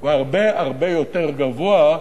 הוא הרבה יותר גבוה,